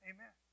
Amen